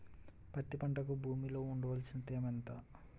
పత్తి పంటకు భూమిలో ఉండవలసిన తేమ ఎంత?